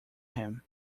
him